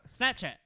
Snapchat